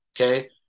Okay